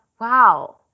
Wow